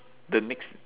the next